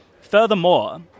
Furthermore